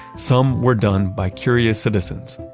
some were done by curious citizens.